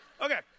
Okay